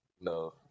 No